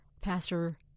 pastor